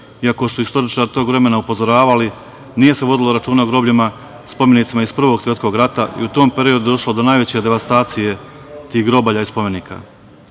ako su istoričari tog vremena upozoravali, nije se vodilo računa o grobljima, spomenicima iz Prvog svetskog rata, i u tom periodu došlo je do najveće devastacije tih grobalja i spomenika. Nemačka